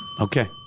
Okay